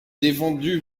défendu